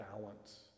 balance